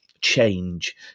change